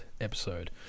episode